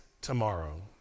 tomorrow